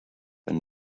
been